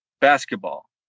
basketball